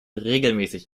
regelmäßig